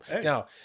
Now